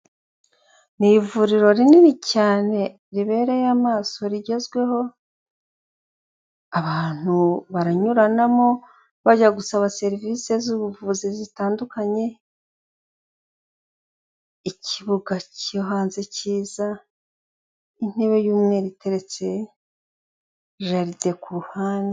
Ni ivuriro rinini cyane ribereye amaso rigezweho, abantu baranyuranamo bajya gusaba serivise z'ubuvuzi zitandukanye, ikibuga cyo hanze kiza, intebe y'umweru iteretse, jaride ku ruhande.